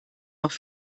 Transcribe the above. noch